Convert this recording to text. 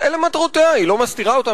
היא לא מסתירה את מטרותיה,